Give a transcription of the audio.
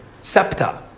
septa